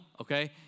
Okay